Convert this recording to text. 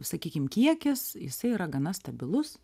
sakykim kiekis jisai yra gana stabilus